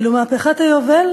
ואילו מהפכת היובל,